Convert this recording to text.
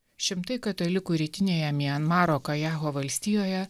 šimtai katalikų rytinėje mianmaro kajaho valstijoje